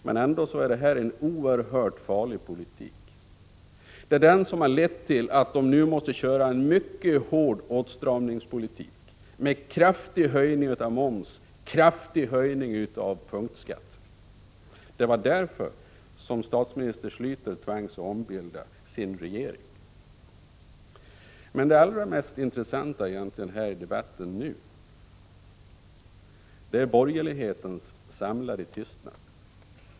Men det är ändå en oerhört farlig politik — det är den som har lett till att man nu måste föra en mycket hård åtstramningspolitik med kraftig höjning av moms och punktskatt. Det var därför som statsminister Schläter tvangs ombilda sin regering. Det allra mest intressanta i denna debatt är borgerlighetens samlade tystnad.